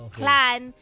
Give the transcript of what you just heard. clan